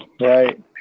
Right